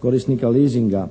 korisnika leasinga.